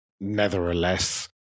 Nevertheless